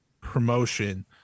promotion